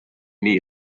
nii